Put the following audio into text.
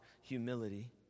humility